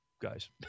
guys